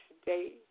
today